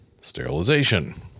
sterilization